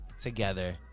together